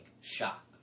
shock